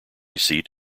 seat